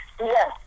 Yes